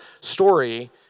story